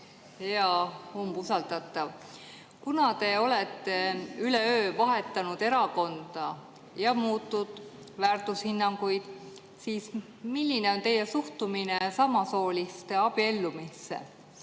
Hea umbusaldatav! Kuna te olete üleöö vahetanud erakonda ja muutnud väärtushinnanguid, siis küsin: milline on teie suhtumine samasooliste abiellumisse?